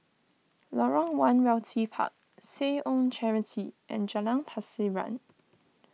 Lorong one Realty Park Seh Ong Charity and Jalan Pasiran